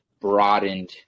broadened